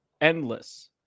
endless